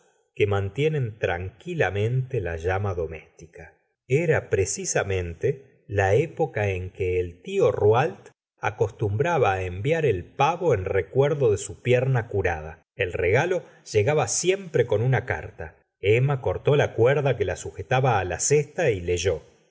que mantienen tranquilamente la llama doméstica era precisamente la época en que el tio rouault acostumbraba enviar el pavo en recuerdo de su pierna curada el regalo llegaba siempre con una carta emma cortó la cuerda que la sujetaba la cesta y leyó